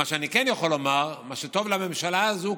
מה שאני כן יכול לומר הוא מה שטוב לממשלה הזו,